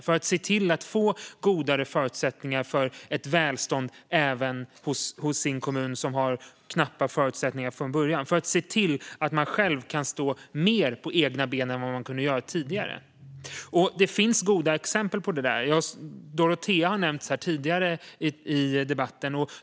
Man måste göra det för att få bättre förutsättningar för välstånd även i en kommun som har knappa förutsättningar från början, så att kommunen kan stå mer på egna ben än den kunde göra tidigare. Det finns goda exempel på detta. Dorotea har nämnts tidigare i debatten.